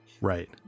Right